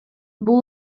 бул